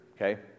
okay